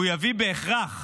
והוא יביא בהכרח